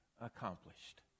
accomplished